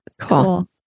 Cool